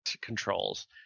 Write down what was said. controls